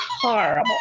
horrible